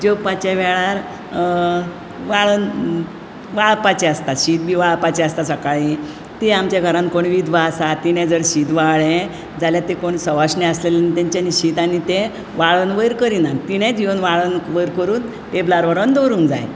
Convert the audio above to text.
जेवपाच्या वेळार वाळन वाळपाचें आसता शीत बी वाळपाचें आसता ती आमच्या घरान कोणूय विधवा आसा तिणे जर शीत वाळ्ळें जाल्यार जे कोण सवायशिणी आसलेले तांच्यांनी शीत आनी तें वाळण वयर करिनात तिणेंच तें वाळण वयर करून टेबलार व्हरोन टेबलार व्हरून दवरूंक जाय